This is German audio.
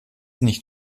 nicht